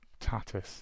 Tatis